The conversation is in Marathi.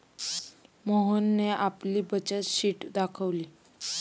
मोहनने आपली बचत शीट दाखवली